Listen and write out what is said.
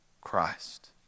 Christ